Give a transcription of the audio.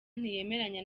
ntiyemeranya